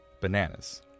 bananas